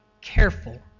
careful